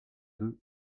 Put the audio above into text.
deux